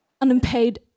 unpaid